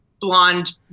blonde